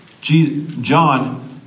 John